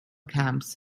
camps